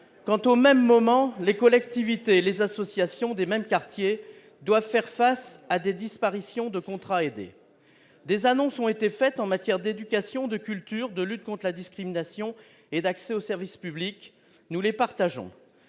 quant au même moment les collectivités et les associations des mêmes quartiers doivent faire face à des disparitions de contrats aidés, des annonces ont été faites en matière d'éducation de culture de lutte conte la discrimination et d'accès aux services publics, nous les partageons